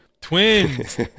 twins